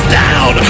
down